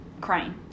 crying